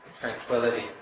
tranquility